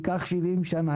ייקח 70 שנה.